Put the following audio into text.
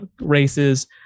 races